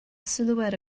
silhouette